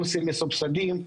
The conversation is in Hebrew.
קורסים מסובסדים.